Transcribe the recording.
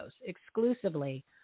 exclusively